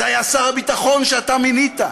זה היה שר הביטחון שאתה מינית.